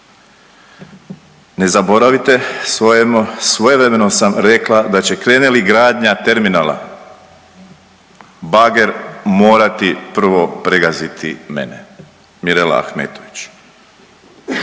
„Ne zaboravite, svojevremeno sam rekla da će krene li gradnja terminala bager morati prvo pregaziti mene“, Mirela Ahmetović.